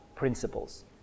principles